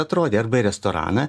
atrodė arba į restoraną